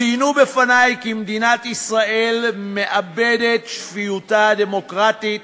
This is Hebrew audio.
ציינו בפני כי מדינת ישראל מאבדת את שפיותה הדמוקרטית.